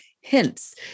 hints